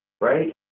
right